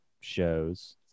Shows